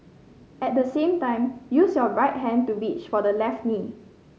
at the same time use your right hand to reach for the left knee